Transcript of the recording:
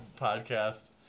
podcast